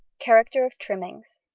character of trimmings.